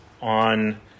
on